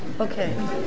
Okay